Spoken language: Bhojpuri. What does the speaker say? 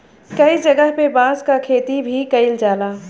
कई जगह पे बांस क खेती भी कईल जाला